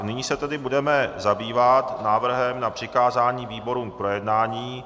Nyní se budeme zabývat návrhem na přikázání výborům k projednání.